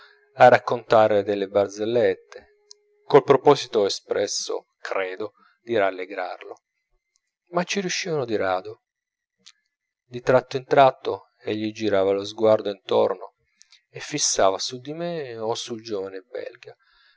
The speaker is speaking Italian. a raccontare delle barzellette col proposito espresso credo di rallegrarlo ma ci riuscivano di rado di tratto in tratto egli girava lo sguardo intorno e lo fissava su di me o sul giovane belga